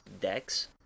decks